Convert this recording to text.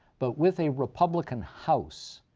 but with a republican house,